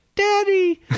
Daddy